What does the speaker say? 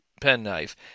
penknife